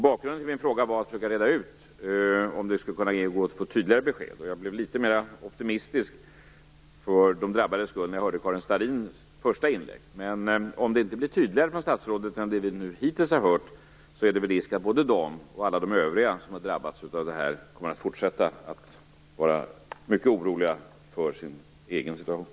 Bakgrunden till min fråga var att försöka reda ut om det skulle kunna gå att få tydligare besked. Jag blev litet mer optimistisk å de drabbades vägnar när jag hörde Karin Starrins första inlägg. Men om detta inte blir tydligare från statsrådet än vad vi hittills har hört, är det väl risk att alla som har drabbats av det här kommer att fortsätta att vara mycket oroliga för sin egen situation.